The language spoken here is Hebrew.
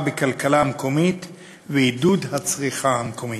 בכלכלה המקומית ועידוד הצריכה המקומית.